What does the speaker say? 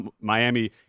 Miami